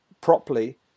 properly